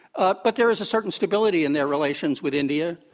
ah but there is a certain stability in their relations with india,